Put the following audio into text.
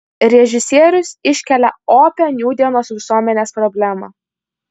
režisierius iškelia opią nūdienos visuomenės problemą